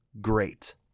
great